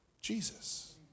Jesus